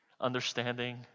Understanding